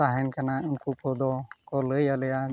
ᱛᱟᱦᱮᱱ ᱠᱟᱱᱟ ᱩᱱᱠᱩ ᱠᱚᱫᱚ ᱠᱚ ᱞᱟᱹᱭᱟᱞᱮᱭᱟ